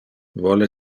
vole